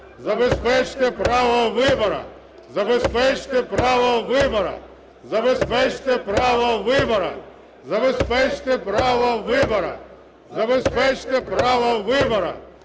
Забезпечте право вибору!